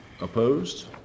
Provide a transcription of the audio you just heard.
Opposed